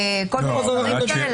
כל מיני דברים כאלה?